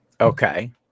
Okay